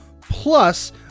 plus